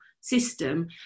system